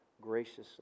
graciously